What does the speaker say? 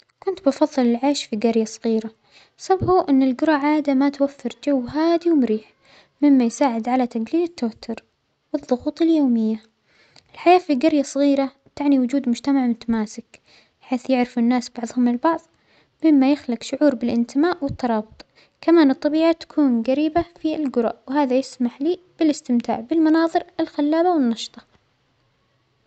كنت بفظل العيش في جريدة صغيرة، السبب هو أن الجرى عادة ما توفر جو هادئ ومريح مما يساعد على تجليل التوتر والضغوط اليومية ، الحياة فى جرية صغيرة تعنى وجود مجتمع متماسك بيحيث يعرفوا الناس بعضهم البعظ مما يخلج شعور بالإنتماء والترابط كما أن الطبيعي تكون جريبى فى الجرء وهذا يسمح لى بالإستمتاع بالمناظر الخلابة والنشطة.